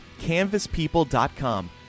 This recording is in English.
CanvasPeople.com